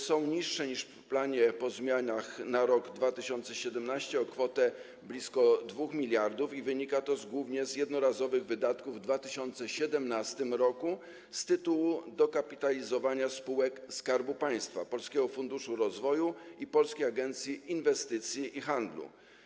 Są niższe niż w planie po zamianach za rok 2017 o kwotę blisko 2 mld i wynika to głównie z jednorazowych wydatków w 2017 r. z tytułu dokapitalizowania spółek Skarbu Państwa, Polskiego Funduszu Rozwoju i Polskiej Agencji Inwestycji i Handlu.